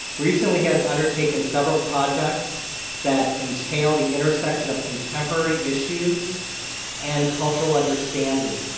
recently, he has undertaken several projects that entail the intersection of contemporary issues and cultural understanding.